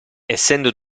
essendo